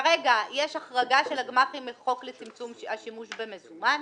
כרגע יש החרגה של הגמ"חים מחוק לצמצום השימוש במזומן,